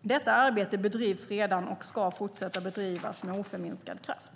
Detta arbete bedrivs redan och ska fortsätta bedrivas med oförminskad kraft.